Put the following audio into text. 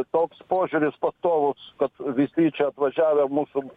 toks požiūris pastovus kad visi čia atvažiavę mūsų